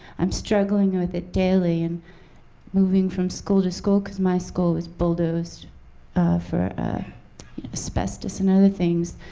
i'm struggling with it daily, and moving from school to school, because my school was bulldozed for asbestos and other things,